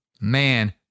man